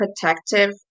protective